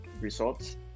results